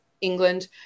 England